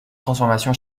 transformation